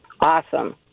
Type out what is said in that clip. Awesome